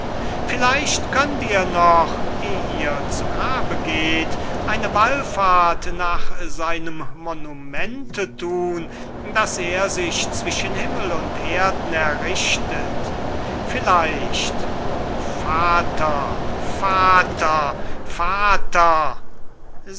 vielleicht könnt ihr noch eh ihr zu grabe geht eine wallfahrt nach seinem monumente thun das er sich zwischen himmel und erden errichtet vielleicht o vater vater vater